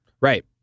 right